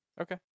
Okay